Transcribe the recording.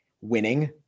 winning